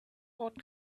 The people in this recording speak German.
und